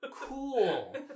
cool